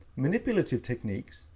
manipulative techniques,